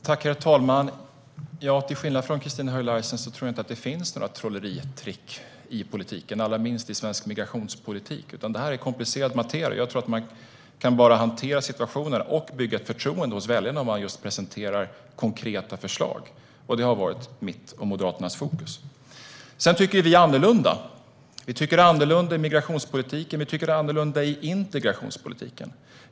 Herr talman! Till skillnad från Christina Höj Larsen tror jag inte att det finns några trolleritrick i politiken, allra minst i svensk migrationspolitik. Detta är komplicerat. Jag tror att man bara kan hantera situationen och bygga ett förtroende hos väljarna om man presenterar konkreta förslag, vilket har varit mitt och Moderaternas fokus. Vi tycker annorlunda. Vi tycker annorlunda i migrationspolitiken, och vi tycker annorlunda i integrationspolitiken.